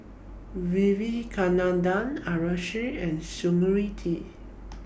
Vivekananda Haresh and Smriti